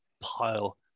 pile